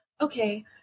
Okay